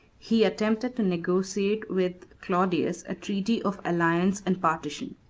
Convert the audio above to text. he attempted to negotiate with claudius a treaty of alliance and partition.